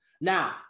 now